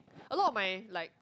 a lot of my like